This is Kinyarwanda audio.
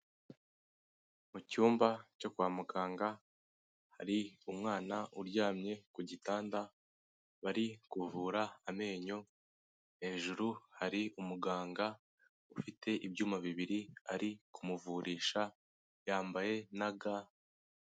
Mu cyumba cyo kwa muganga hari umwana uryamye ku gitanda, bari kuvura amenyo hejuru hari umuganga ufite ibyuma bibiri ari kumuvurisha, yambaye na ga.